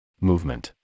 movement